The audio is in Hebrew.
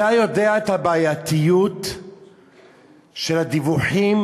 אתה יודע את הבעייתיות של הדיווחים